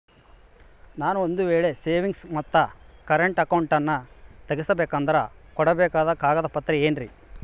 ನಾನು ಒಂದು ವೇಳೆ ಸೇವಿಂಗ್ಸ್ ಮತ್ತ ಕರೆಂಟ್ ಅಕೌಂಟನ್ನ ತೆಗಿಸಬೇಕಂದರ ಕೊಡಬೇಕಾದ ಕಾಗದ ಪತ್ರ ಏನ್ರಿ?